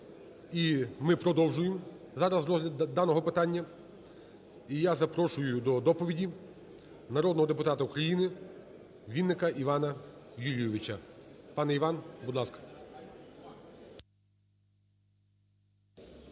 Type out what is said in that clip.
ми продовжуємо зараз розгляд даного питання, і я запрошую до доповіді народного депутата УкраїниВінника Івана Юлійовича. Пане Іван, будь ласка.